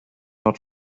not